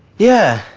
yeah.